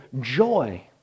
joy